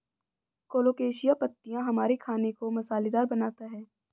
colocasia पत्तियां हमारे खाने को मसालेदार बनाता है